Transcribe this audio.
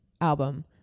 Album